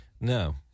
No